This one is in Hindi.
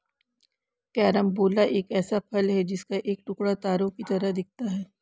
कैरम्बोला एक ऐसा फल है जिसका एक टुकड़ा तारों की तरह दिखता है